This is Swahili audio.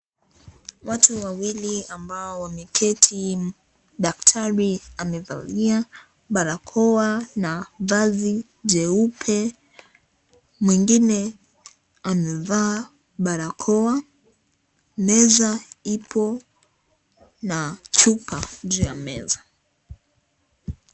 Watu wawili ambao wameketi. Daktari amevalia barakoa na vazi jeupe. Mwingine amevaa barakoa. Meza ipo na chupa juu ya meza.